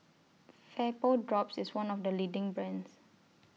Vapodrops IS one of The leading brands